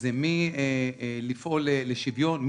זה מלפעול לשוויון,